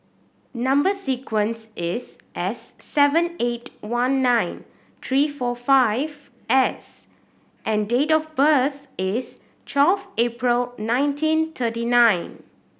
number sequence is S seven eight one nine three four five S and date of birth is twelve April nineteen thirty nine